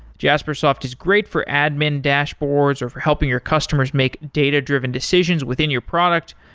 jaspersoft is great for admin dashboards, or for helping your customers make data-driven decisions within your product,